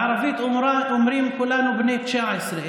בערבית אומרים: כולנו בני תשע,